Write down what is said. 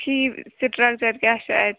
فی structure کیٛاہ چھُ اَتہِ